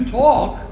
talk